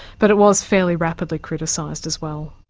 but it was fairly rapidly criticised as well.